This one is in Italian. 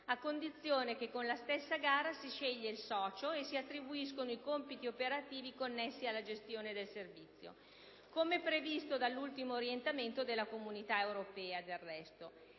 a condizione che con la stessa gara si scelga il socio e si attribuiscano i compiti operativi connessi alla gestione del servizio; come previsto dall'ultimo orientamento della Comunità europea, del resto.